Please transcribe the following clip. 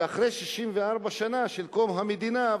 שאחרי 64 שנה מקום המדינה,